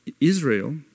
Israel